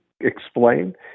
explain